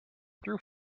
through